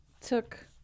took